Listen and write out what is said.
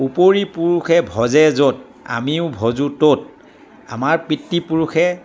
উপৰি পুৰুষে ভজে য'ত আমিও ভজোঁ ত'ত আমাৰ পিতৃপুৰুষে